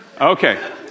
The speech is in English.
okay